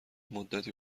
مدت